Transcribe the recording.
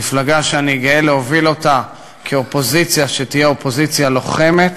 מפלגה שאני גאה להוביל אותה כאופוזיציה שתהיה אופוזיציה לוחמת,